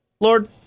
Lord